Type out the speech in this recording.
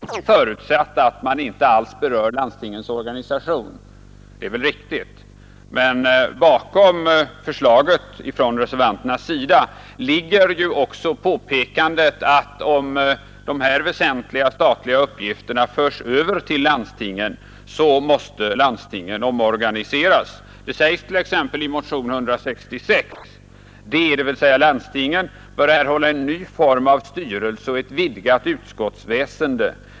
Herr talman! Ett par korta kommentarer, framför allt till följd av vad herr Johansson i Trollhättan sade! Det är väl ett riktigt påpekande att det inte är säkert att man automatiskt åstadkommer mera av länsdemokrati genom att överföra uppgifterna till landstingen, om man inte alls berör landstingens organisation. Men bakom reservanternas förslag ligger ju också påpekandet att om dessa väsentliga statliga uppgifter förs över till landstingen, så måste landstingen omorganiseras. Det sägs t.ex. i motionen 166:”De” — dvs. landstingen — ”bör erhålla en ny form av styrelse och ett vidgat utskottsväsende.